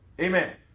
Amen